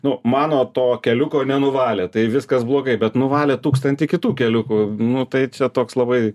nu mano to keliuko nenuvalė tai viskas blogai bet nuvalė tūkstantį kitų keliukų nu tai čia toks labai